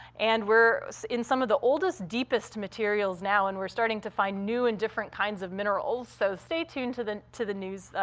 and we're in some of the oldest, deepest materials now, and we're starting to find new and different kinds of minerals, so stay tuned to the to the news.